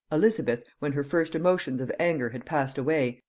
elizabeth, when her first emotions of anger had passed away,